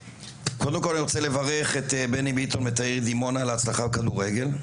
קודם כל אני רוצה לברך את בני ביטון ואת העיר דימונה על ההצלחה בכדורגל,